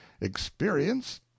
experience